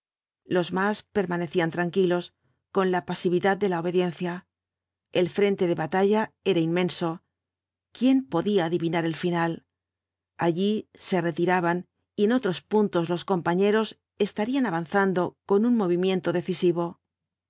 los más permanecían tranquilos con la pasividad de la obediencia el frente de batalla era inmenso quién podía adivinar el final allí se retiraban y en otros puntos los compañeros estarían avanzando v btiasoo ibáñbz oon un movimiento decisivo